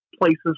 places